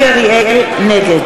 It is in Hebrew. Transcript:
נגד